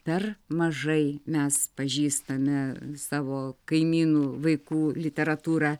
per mažai mes pažįstame savo kaimynų vaikų literatūrą